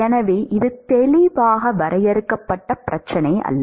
எனவே இது தெளிவாக வரையறுக்கப்பட்ட பிரச்சனை அல்ல